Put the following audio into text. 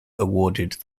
awarded